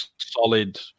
solid